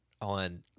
on